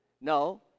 No